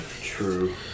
True